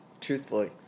Truthfully